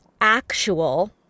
actual